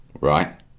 right